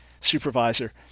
supervisor